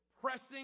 pressing